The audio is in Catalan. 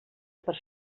per